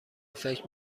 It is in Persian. فکر